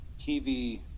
TV